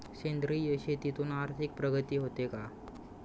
सेंद्रिय शेतीतून आर्थिक प्रगती होते का?